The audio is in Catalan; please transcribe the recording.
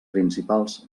principals